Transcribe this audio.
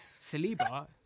Saliba